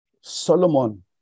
Solomon